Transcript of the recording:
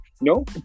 no